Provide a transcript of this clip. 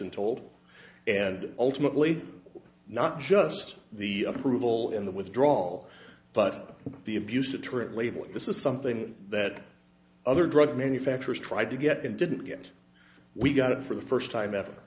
and told and ultimately not just the approval in the withdrawal but the abuse deterrent label this is something that other drug manufacturers tried to get and didn't get we got it for the first time ever